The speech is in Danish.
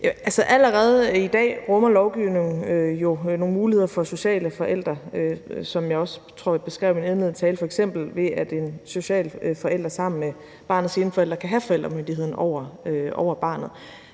allerede i dag rummer lovgivningen jo nogle muligheder for sociale forældre, hvilket jeg også tror jeg beskrev i min indledende tale, f.eks. ved at en social forælder sammen med barnets ene forælder kan have forældremyndigheden over barnet.